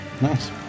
Nice